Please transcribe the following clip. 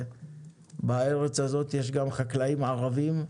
שבארץ הזאת יש גם חקלאים ערבים,